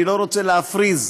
אני לא רוצה להפריז,